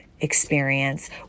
experience